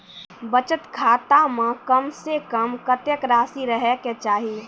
बचत खाता म कम से कम कत्तेक रासि रहे के चाहि?